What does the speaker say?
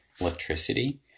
electricity